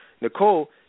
Nicole